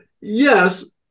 yes